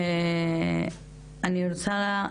תודה.